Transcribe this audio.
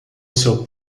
seu